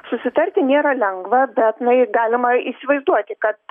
susitarti nėra lengva bet na juk galima įsivaizduoti kad